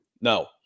no